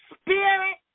spirit